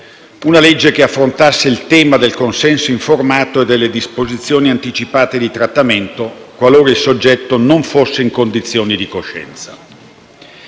una legge che affronti il tema del consenso informato e delle disposizioni anticipate di trattamento, qualora il soggetto non sia in condizioni di coscienza.